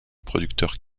producteur